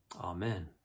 Amen